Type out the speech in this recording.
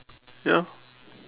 ya